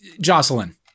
Jocelyn